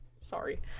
sorry